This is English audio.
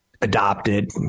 adopted